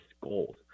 goals